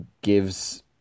gives